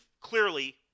clearly